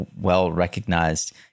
well-recognized